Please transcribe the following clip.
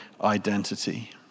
identity